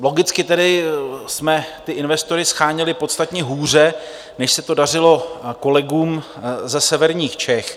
Logicky tedy jsme investory sháněli podstatně hůře, než se to dařilo kolegům ze severních Čech.